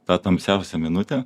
tą tamsiausią minutę